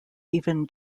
even